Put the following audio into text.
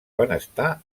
benestar